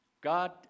God